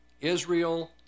Israel